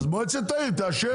אז מועצת העיר תאשר.